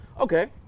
Okay